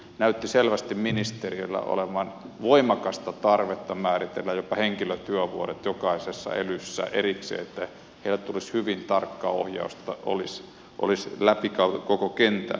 näytti selvästi ministerillä olevan voimakasta tarvetta määritellä jopa henkilötyövuodet jokaisessa elyssä erikseen että heille tulisi hyvin tarkkaa ohjausta olisi läpi koko kentän